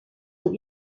vor